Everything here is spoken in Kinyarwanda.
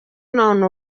none